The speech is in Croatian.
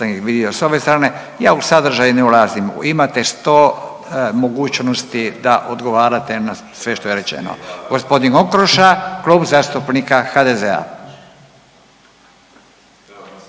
Ja u sadržaj ne ulazim. Imate 100 mogućnosti da odgovarate na sve što je rečeno. G. Okroša, Klub zastupnika HDZ-a.